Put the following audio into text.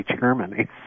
Germany